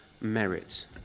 merit